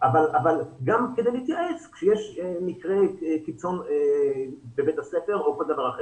אבל גם כדי להתייעץ כשיש מקרה קיצון בבית הספר או כל דבר אחר,